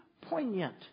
poignant